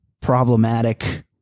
problematic